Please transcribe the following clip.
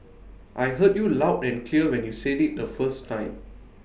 I heard you loud and clear when you said IT the first time